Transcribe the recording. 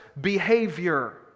behavior